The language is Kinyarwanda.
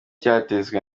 cyatezwe